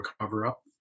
cover-up